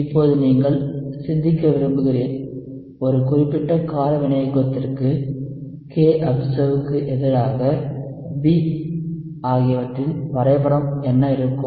இப்போது நீங்கள் சிந்திக்க விரும்புகிறேன் ஒரு குறிப்பிட்ட கார வினையூக்கத்திற்கு kobserved க்கு எதிராக B ஆகியவற்றின் வரைபடம் என்ன இருக்கும்